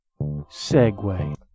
Segway